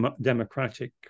democratic